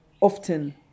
often